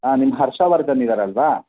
ಹಾಂ ನಿಮ್ಮ ಹರ್ಷವರ್ಧನ್ ಇದ್ದಾರಲ್ವಾ